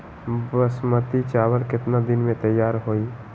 बासमती चावल केतना दिन में तयार होई?